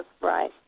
Right